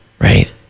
right